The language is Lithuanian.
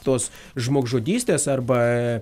tos žmogžudystės arba